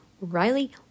Riley